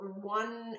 one